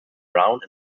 browne